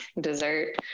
dessert